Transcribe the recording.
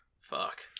fuck